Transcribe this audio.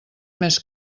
més